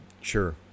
Sure